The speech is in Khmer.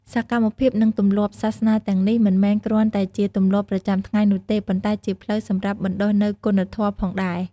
សកម្មភាពនិងទម្លាប់សាសនាទាំងនេះ មិនមែនគ្រាន់តែជាទម្លាប់ប្រចាំថ្ងៃនោះទេ ប៉ុន្តែជាផ្លូវសម្រាប់បណ្ដុះនូវគុណធម៌ផងដែរ។